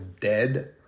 dead